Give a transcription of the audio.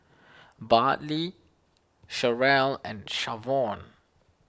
Bartley Sharyl and Shavon